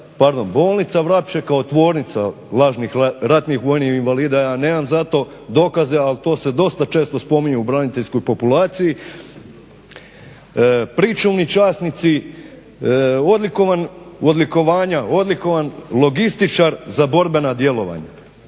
bolnica Vrapče kao tvornica lažnih ratnih vojnih invalida. Ja nemam za to dokaze, ali to se dosta često spominje u braniteljskoj populaciji. Pričuvni časnici, odlikovanja, odlikovan logističar za borbena djelovanja,